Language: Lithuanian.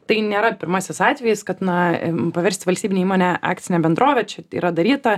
tai nėra pirmasis atvejis kad na paversti valstybinę įmonę akcine bendrove čia yra daryta